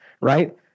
right